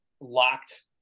locked